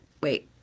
wait